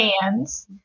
hands